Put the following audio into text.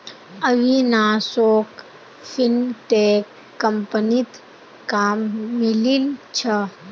अविनाशोक फिनटेक कंपनीत काम मिलील छ